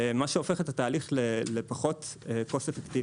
מה שהופך את התהליך לפחות משתלם.